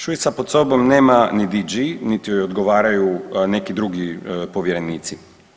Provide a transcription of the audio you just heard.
Šuica pod sobom nema ni … [[Govornik se ne razumije]] niti joj odgovaraju neki drugi povjerenici.